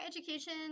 education